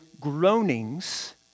groanings